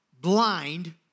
blind